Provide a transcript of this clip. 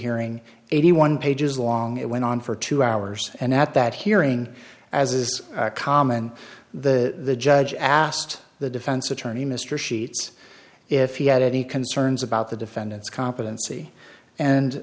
hearing eighty one pages long it went on for two hours and at that hearing as is common the judge asked the defense attorney mr sheets if he had any concerns about the defendant's competency